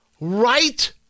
right